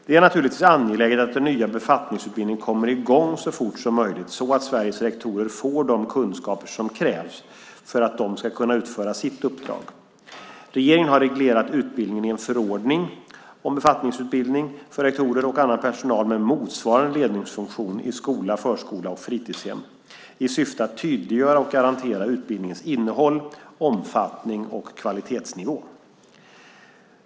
Det är naturligtvis angeläget att den nya befattningsutbildningen kommer i gång så fort som möjligt så att Sveriges rektorer får de kunskaper som krävs för att de ska kunna utföra sitt uppdrag. Regeringen har reglerat utbildningen i en förordning - om befattningsutbildning för rektorer och annan personal med motsvarande ledningsfunktion i skola, förskola och fritidshem - i syfte att tydliggöra och garantera utbildningens innehåll, omfattning och kvalitetsnivå.